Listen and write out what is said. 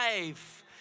life